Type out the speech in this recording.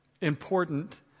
important